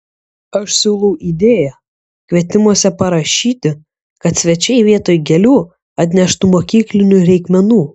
aš siūlau idėją kvietimuose parašyti kad svečiai vietoj gėlių atneštų mokyklinių reikmenų